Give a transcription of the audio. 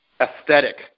aesthetic